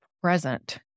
present